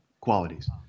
qualities